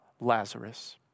Lazarus